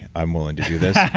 i'm willing to do this.